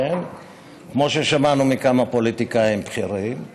כמו ששמענו מכמה פוליטיקאים בכירים,